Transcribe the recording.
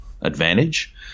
advantage